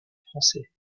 français